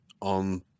on